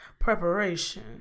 preparation